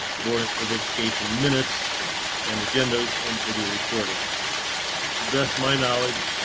board of education, minutes and agendas in the video recordings and to best my knowledge.